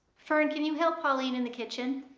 fern, can you help pauline in the kitchen?